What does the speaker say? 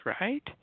right